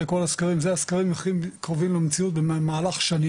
במהלך שנים.